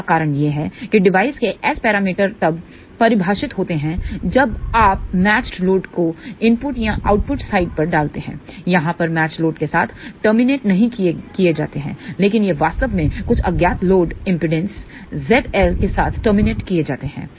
इसका कारण यह है कि डिवाइस के S पैरामीटर तब परिभाषित होते हैं जब आप मैचड लोड को इनपुट या आउटपुट साइड पर डालते हैं यहां पर यह मैचड लोड के साथ टर्मिनेट नहीं किए जाते हैं लेकिन यह वास्तव में कुछ अज्ञात लोड इमपीडांस ZL के साथ टर्मिनेट किए जाते है